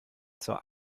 zur